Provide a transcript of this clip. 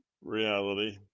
reality